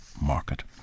market